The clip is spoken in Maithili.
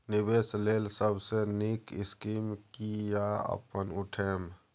निवेश लेल सबसे नींक स्कीम की या अपन उठैम?